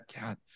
God